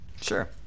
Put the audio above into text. Sure